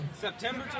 September